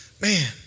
Man